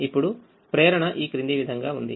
ఇప్పుడు ప్రేరణ ఈ క్రింది విధంగా ఉంది